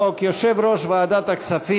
למזכירת הכנסת.